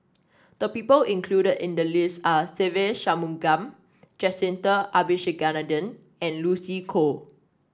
the people included in the list are Se Ve Shanmugam Jacintha Abisheganaden and Lucy Koh